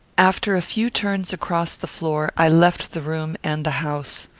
after a few turns across the floor, i left the room, and the house.